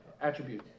Attribute